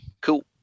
Cool